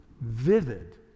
vivid